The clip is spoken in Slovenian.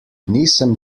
nisem